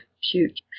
shoot